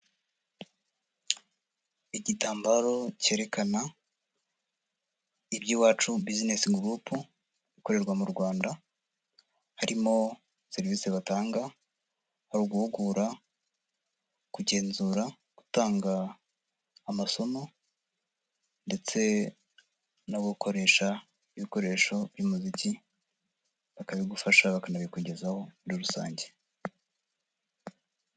Igitambaro cyerekana iby"iwacu business group" ikorera mu Rwanda, harimo serivisi batanga, hari uguhugura, kugenzura, gutanga amasomo ndetse no gukoresha ibikoresho by'umuziki, bakabigufasha bakanabikugezaho muri rusange.